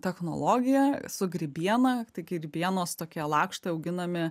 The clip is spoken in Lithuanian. technologija su grybiena tai grybienos tokie lakštai auginami